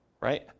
Right